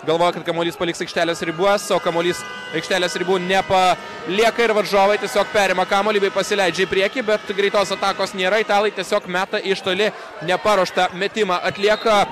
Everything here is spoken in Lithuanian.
galvojo kad kamuolys paliks aikštelės ribas o kamuolys aikštelės ribų nepa lieka ir varžovai tiesiog perima kamuolį bei pasileidžia į priekį bet greitos atakos nėra italai tiesiog meta iš toli neparuoštą metimą atlieka